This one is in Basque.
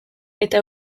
eta